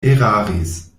eraris